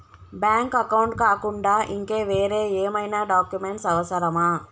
Bank account కాకుండా ఇంకా వేరే ఏమైనా డాక్యుమెంట్స్ అవసరమా?